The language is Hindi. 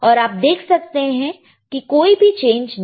और आप देख सकते हो कि कोई भी चेंज नहीं है